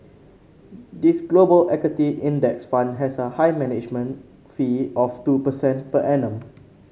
this global equity index fund has a high management fee of two percent per annum